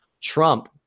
Trump